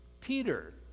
Peter